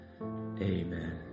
Amen